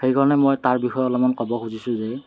সেইকাৰণে মই তাৰ বিষয়ে অলপমান ক'ব খুজিছোঁ যে